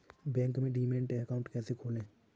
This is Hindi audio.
बैंक में डीमैट अकाउंट कैसे खोलें?